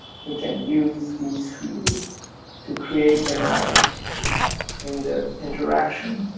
we can use these fields to create the matter in their interaction.